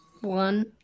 One